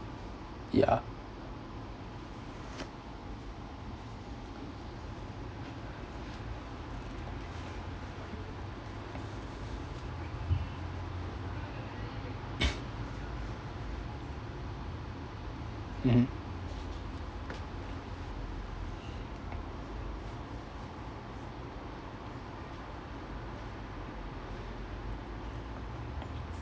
yeah mmhmm